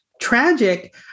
tragic